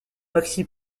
maxi